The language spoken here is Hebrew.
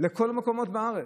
לכל המקומות בארץ.